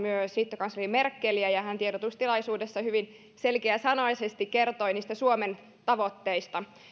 liittokansleri merkeliä hän tiedotustilaisuudessa hyvin selkeäsanaisesti kertoi suomen tavoitteista